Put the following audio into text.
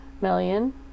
million